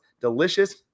delicious